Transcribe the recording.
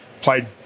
Played